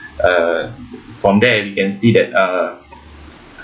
uh from there you can see that uh